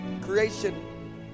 Creation